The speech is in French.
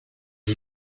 les